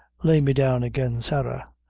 lay me down again, sarah.